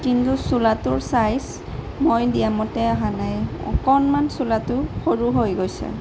কিন্তু চোলাটোৰ ছাইজ মই দিয়া মতে অহা নাই অকণমান চোলাটো সৰু হৈ গৈছে